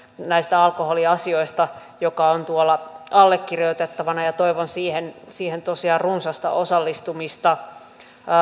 näistä alkoholiasioista joka on tuolla allekirjoitettavana ja toivon siihen siihen tosiaan runsasta osallistumista